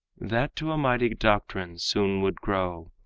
that to a mighty doctrine soon would grow,